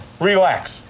Relax